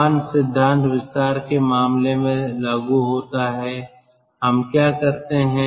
समान सिद्धांत विस्तार के मामले में लागू होता है हम क्या करते हैं